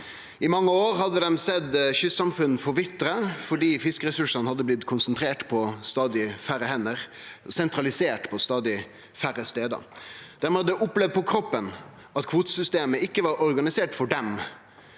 I mange år hadde dei sett kystsamfunn forvitre fordi fiskeressursane hadde blitt konsentrert på stadig færre hender, sentralisert på stadig færre stader. Dei hadde opplevd på kroppen at kvotesystemet ikkje var organisert for dei.